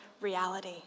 reality